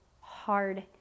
hard